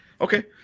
Okay